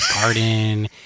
garden